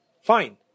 Fine